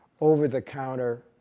over-the-counter